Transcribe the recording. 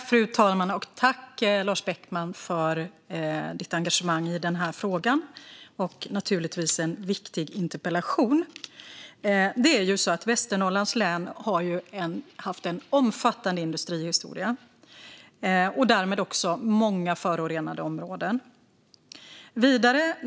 Fru talman! Tack, Lars Beckman, för ditt engagemang i denna fråga och naturligtvis också för en viktig interpellation! Västernorrlands län har en omfattande industrihistoria och därmed också många förorenade områden.